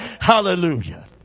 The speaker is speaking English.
Hallelujah